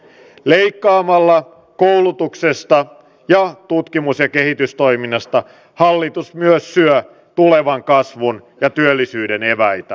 leikkaamalla koulutuksesta ja tutkimus ja kehitystoiminnasta hallitus myös syö tulevan kasvun ja työllisyyden eväitä